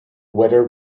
weather